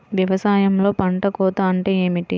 వ్యవసాయంలో పంట కోత అంటే ఏమిటి?